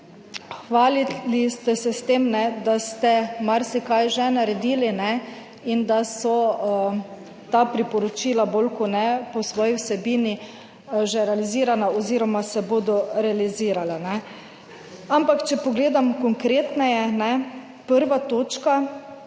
hvalili ste se s tem, ne ,da ste marsikaj že naredili, ne, in da so ta priporočila bolj kot ne po svoji vsebini že realizirana oziroma se bodo realizirala, ne, ampak če pogledam konkretneje, ne, prva točka,